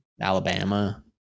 Alabama